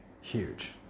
huge